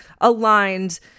aligned